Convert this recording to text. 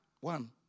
One